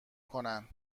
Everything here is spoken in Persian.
کنن